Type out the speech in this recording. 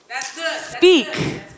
speak